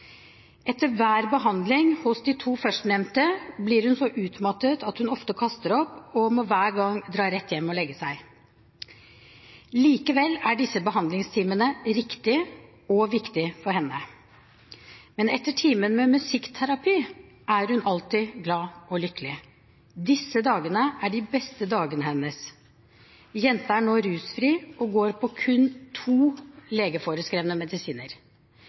Etter hver behandling hos de to førstnevnte blir hun så utmattet at hun ofte kaster opp, og må hver gang dra rett hjem og legge seg. Likevel er disse behandlingstimene riktig og viktig for henne. Men etter timen med musikkterapi er hun alltid glad og lykkelig. Disse dagene er de beste dagene hennes. Jenta er nå rusfri og går på kun to legeforeskrevne medisiner.